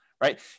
right